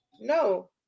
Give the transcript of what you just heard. No